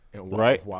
Right